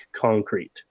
concrete